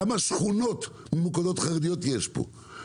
כמה שכונות ממוקדות חרדיות יש פה?